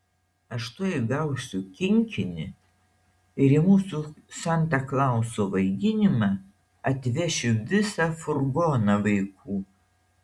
aš tuoj gausiu kinkinį ir į mūsų santa klauso vaidinimą atvešiu visą furgoną vaikų